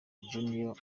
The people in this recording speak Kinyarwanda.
junior